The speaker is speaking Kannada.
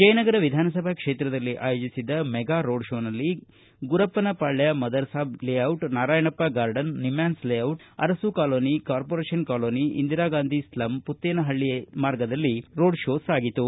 ಜಯನಗರ ವಿಧಾನಸಭಾ ಕ್ಷೇತ್ರದಲ್ಲಿ ಆಯೋಜಿಸಿದ್ದ mega road show Gurappanapalya mother Sab ಲೇಟಿಟ್ Narayanappa garden ನಿಮಾನ್ಲ್ ಲೇಟಿಟ್ Arasu colony corporation colony Indira Gandhi slum Puttenapalya ದಲ್ಲಿ ಸಾಗಿತು